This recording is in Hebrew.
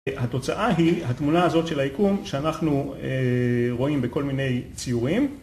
התוצאה היא התמונה הזאת של היקום שאנחנו רואים בכל מיני ציורים